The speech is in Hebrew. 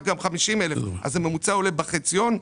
גם 50,000. אז הממוצע עולה בחציון.